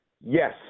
Yes